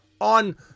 on